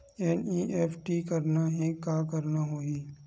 NEFT करना हे का करना होही?